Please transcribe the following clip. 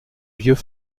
vieux